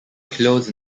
close